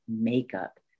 makeup